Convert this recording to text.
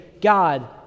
God